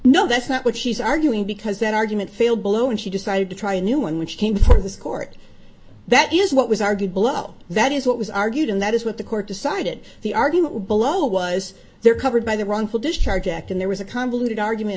no that's not what she's arguing because that argument failed below and she decided to try a new one which came before this court that is what was argued below that is what was argued and that is what the court decided the argument below was there covered by the wrongful discharge act and there was a convoluted argument